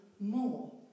more